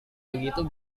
begitu